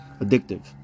addictive